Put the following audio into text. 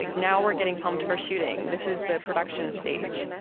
like now we're getting pumped for shooting. this is the production stage.